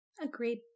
Agreed